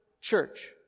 church